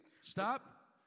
Stop